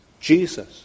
Jesus